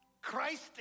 Christ